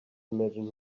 imagine